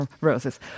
roses